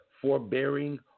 forbearing